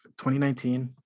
2019